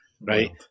Right